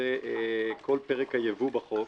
כל פרק הייבוא בחוק,